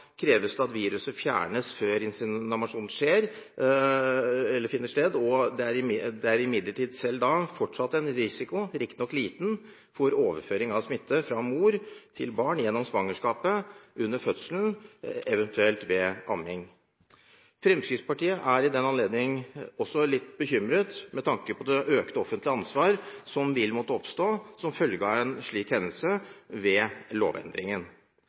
kreves det at viruset fjernes før inseminasjon finner sted. Selv da er det imidlertid fortsatt en risiko – riktig nok liten – for overføring av smitte fra mor til barn gjennom svangerskapet, under fødselen og eventuelt ved amming. Fremskrittspartiet er i den anledning også litt bekymret med tanke på det økte offentlige ansvaret som vil måtte oppstå som følge av en slik hendelse ved denne lovendringen.